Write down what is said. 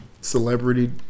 celebrity